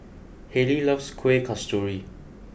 Haylie loves Kuih Kasturi